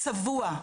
צבוע,